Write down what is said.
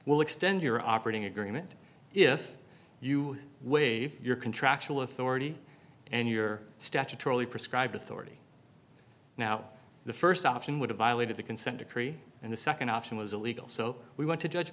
we'll extend your operating agreement if you wave your contractual authority and your statutorily prescribed authority now the st option would have violated the consent decree and the nd option was illegal so we went to judge